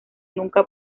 nunca